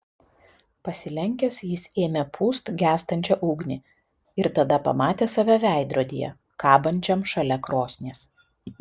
pasilenkęs jis ėmė pūst gęstančią ugnį ir tada pamatė save veidrodyje kabančiam šalia krosnies